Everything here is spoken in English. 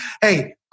Hey